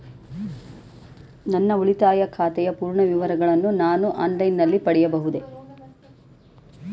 ನನ್ನ ಉಳಿತಾಯ ಖಾತೆಯ ಪೂರ್ಣ ವಿವರಗಳನ್ನು ನಾನು ಆನ್ಲೈನ್ ನಲ್ಲಿ ಪಡೆಯಬಹುದೇ?